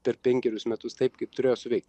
per penkerius metus taip kaip turėjo suveikt